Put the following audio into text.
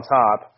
top